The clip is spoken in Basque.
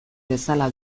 bezala